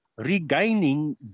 regaining